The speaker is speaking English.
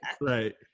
Right